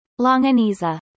Longaniza